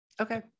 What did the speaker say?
okay